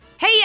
Hey